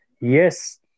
Yes